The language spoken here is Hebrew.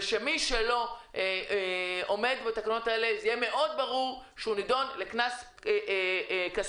צריך להיות ברור שמי שלא עומד בתקנות האלה נדון לקנס כספי